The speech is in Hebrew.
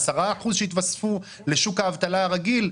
10% שהתווספו לשוק האבטלה הרגיל?